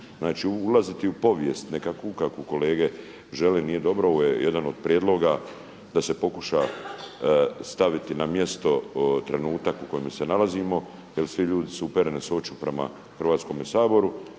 Znači ulaziti u povijest nekakvu kakvu kolege žele nije dobro. Ovo je jedan od prijedloga da se pokuša staviti na mjesto trenutak u kojem se nalazimo jel svi ljudi su uperene su oči prema Hrvatskome saboru